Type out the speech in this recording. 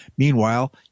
Meanwhile